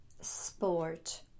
sport